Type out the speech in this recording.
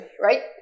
right